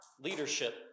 leadership